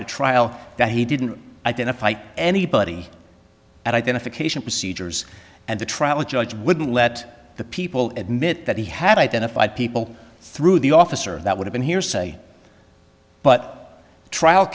at trial that he didn't identify anybody at identification procedures and the travel judge wouldn't let the people admit that he had identified people through the officer that would have been hearsay but t